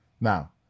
Now